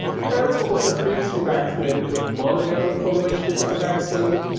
the ferrets were also previously vaccinated with monovalent formulations of the vaccine,